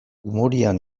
umorearen